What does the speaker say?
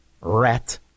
rat